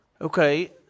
Okay